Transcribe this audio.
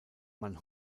man